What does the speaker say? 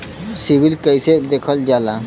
CIBIL कैसे देखल जाला?